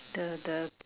the the